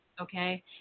okay